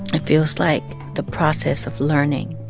it feels like the process of learning.